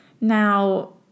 Now